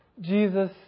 Jesus